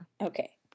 Okay